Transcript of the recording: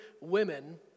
women